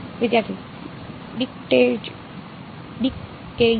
વિદ્યાર્થી ડિકેયીઙ્ગ